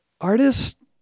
artists